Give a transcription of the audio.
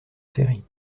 série